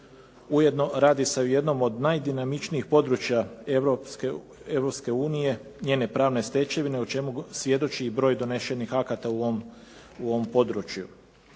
Ujedno radi se o jednom od najdinamičnijih područja Europske unije, njene pravne stečevine o čemu svjedoči i broj donešenih akata u ovom području.